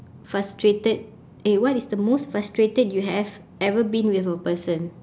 frustrated eh what is the most frustrated you have ever been with a person